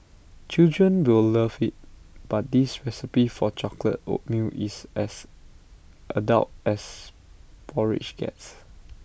children will love IT but this recipe for chocolate oatmeal is as adult as porridge gets